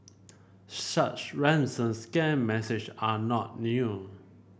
such ransom scam message are not new